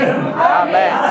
Amen